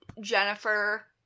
Jennifer